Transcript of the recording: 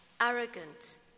arrogant